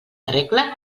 regla